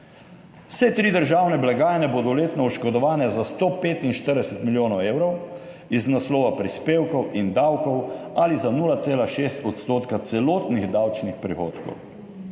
Vse tri državne blagajne bodo letno oškodovane za 145 milijonov evrov iz naslova prispevkov in davkov ali za 0,6 % celotnih davčnih prihodkov.